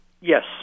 Yes